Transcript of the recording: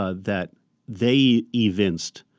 ah that they evinced.